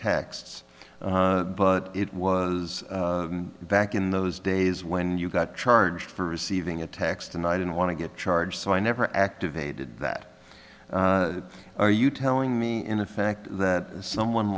texts but it was back in those days when you got charged for receiving a text and i didn't want to get charged so i never activated that are you telling me in effect that someone